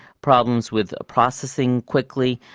problems with processing quickly,